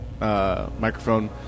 microphone